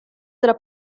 della